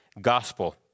gospel